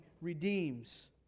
redeems